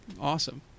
awesome